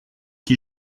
qui